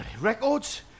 Records